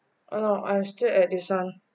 oo I'm still at this one